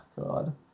God